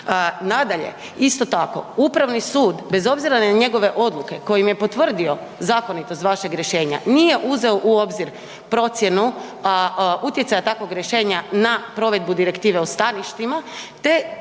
Nadalje, isto tako Upravni sud bez obzira na njegove odluke kojim je potvrdio zakonitost vašeg rješenja nije uzeo u obzir procjenu utjecaja takvog rješenja na provedbu direktive o …/nerazumljivo/…